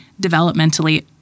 developmentally